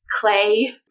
clay